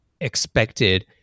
expected